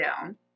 down